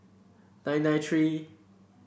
nine nine three